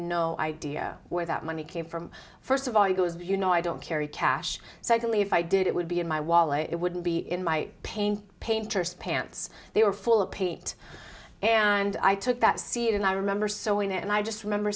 no idea where that money came from first of all you know i don't carry cash secondly if i did it would be in my wallet it wouldn't be in my paint painter's pants they were full of paint and i took that seat and i remember sewing it and i just remember